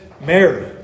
Mary